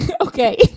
okay